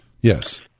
Yes